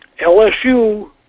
LSU